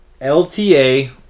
LTA